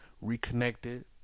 reconnected